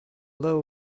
low